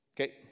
Okay